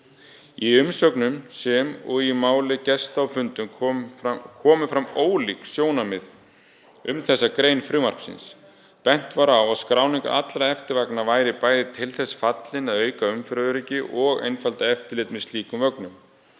Í umsögnum, sem og í máli gesta á fundum, komu fram ólík sjónarmið um þessa grein frumvarpsins. Bent var á að skráning allra eftirvagna væri bæði til þess fallin að auka umferðaröryggi og einfalda eftirlit með slíkum vögnum.